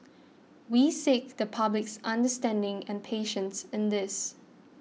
we seek the public's understanding and patience in this